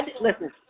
Listen